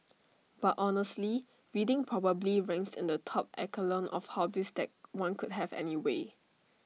but honestly reading probably ranks in the top echelon of hobbies that one could have anyway